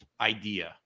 idea